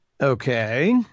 Okay